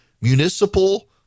municipal